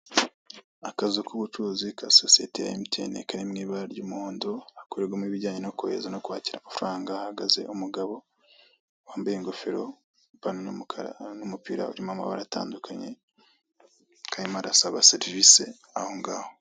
Akazu k'ubucuruzi ka sosiyete ya MTN, kari mu ibara ry'umuhondo, hakorerwamo ibijyanye no koheza no kwakira amafaranga, hahagaze umugabo wambaye ingofero, ipantaro y'umukara n'umupira urimo amabara atandukanye arimo arasaba serivisi aho ngaho.